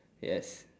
yes